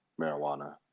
marijuana